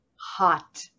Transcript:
hot